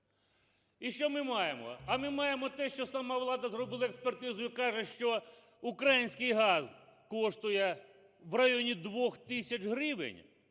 І що ми маємо? А ми маємо те, що сама влада зробила експертизу і кажу, що український газ коштує в районі 2 тисяч гривень